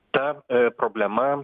ta problema